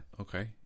Okay